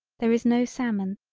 there is no salmon,